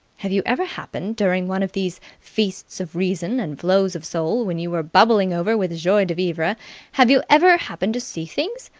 have you ever happened, during one of these feasts of reason and flows of soul, when you were bubbling over with joie-de-vivre have you ever happened to see things?